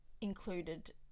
included